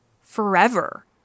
forever